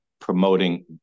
promoting